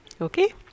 Okay